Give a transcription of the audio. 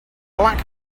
black